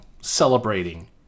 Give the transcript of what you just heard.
celebrating